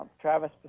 Travis